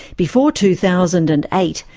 before two thousand and eight,